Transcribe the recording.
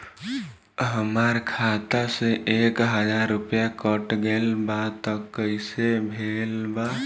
हमार खाता से एक हजार रुपया कट गेल बा त कइसे भेल बा?